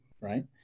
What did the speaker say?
right